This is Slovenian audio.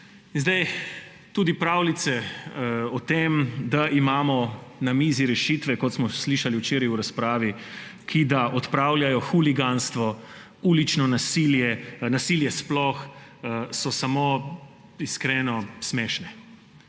Tudi pravljice o tem, da imamo na mizi rešitve, kot smo slišali včeraj v razpravi, ki da odpravljajo huliganstvo, ulično nasilje, nasilje sploh, so, iskreno, smešne.